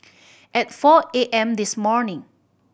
at four A M this morning